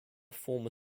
former